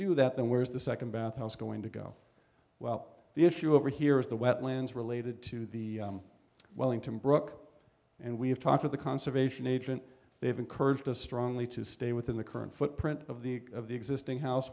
do that then where's the second bathhouse going to go well the issue over here is the wetlands related to the wellington brook and we have talked with the conservation agent they've encouraged us strongly to stay within the current footprint of the of the existing house